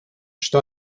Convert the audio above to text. что